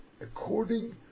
according